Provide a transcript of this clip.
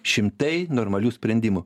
šimtai normalių sprendimų